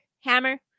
Hammer